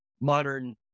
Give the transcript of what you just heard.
Modern